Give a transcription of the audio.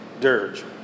dirge